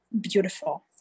beautiful